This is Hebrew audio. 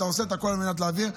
אתה עושה את הכול על מנת להעביר,